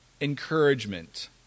encouragement